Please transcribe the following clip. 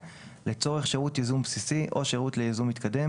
לצורך שירות ייזום בסיסי או שירות לייזום מתקדם,